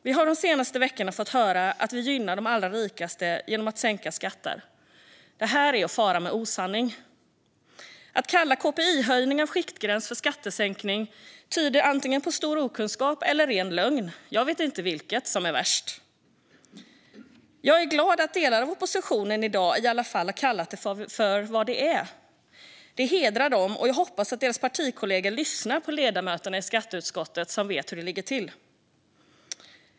Vi har de senaste veckorna fått höra att vi gynnar de allra rikaste genom att sänka skatter. Det här är att fara med osanning. Att kalla KPI-höjning av skiktgränsen för skattesänkning är antingen ett tecken på stor okunskap eller ren lögn. Jag vet inte vilket som är värst. Jag är glad att delar av oppositionen i dag har kallat det för vad det är. Det hedrar dem. Jag hoppas att deras partikollegor lyssnar på ledamöterna i skatteutskottet, som vet hur det ligger till.